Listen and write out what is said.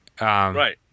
right